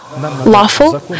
lawful